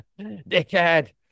Dickhead